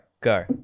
go